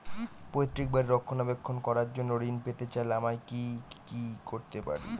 পৈত্রিক বাড়ির রক্ষণাবেক্ষণ করার জন্য ঋণ পেতে চাইলে আমায় কি কী করতে পারি?